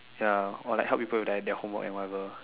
ya or like help people with like their homework or whatever